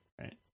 Right